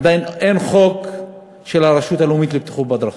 עדיין אין חוק של הרשות הלאומית לבטיחות בדרכים.